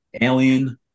alien